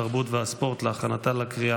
התרבות והספורט נתקבלה.